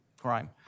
crime